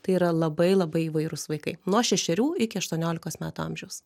tai yra labai labai įvairūs vaikai nuo šešerių iki aštuoniolikos metų amžiaus